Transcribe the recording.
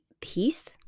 peace